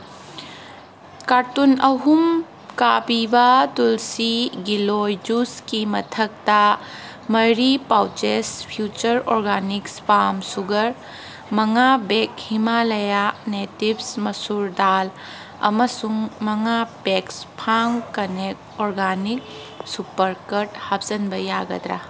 carton ꯑꯍꯨꯝ ꯀꯥꯕꯤꯕ ꯇꯨꯜꯁꯤ ꯒꯤꯂꯣꯏ ꯖꯨꯏꯁꯀꯤ ꯃꯊꯛꯇ ꯃꯔꯤ pouches future organics palm sugar ꯃꯉꯥ ꯕꯦꯒ ꯍꯤꯃꯥꯂꯌꯥ ꯅꯦꯇꯤꯞꯁ ꯃꯁꯨꯔ ꯗꯥꯜ ꯑꯃꯁꯨꯡ ꯃꯉꯥ packs farm connect organic super ꯀꯔꯠ ꯍꯥꯞꯆꯤꯟꯕ ꯌꯥꯒꯗ꯭ꯔꯥ